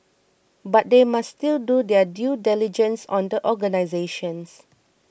but they must still do their due diligence on the organisations